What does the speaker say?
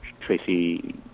Tracy